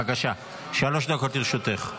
בבקשה, שלוש דקות לרשותך.